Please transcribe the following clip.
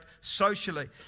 socially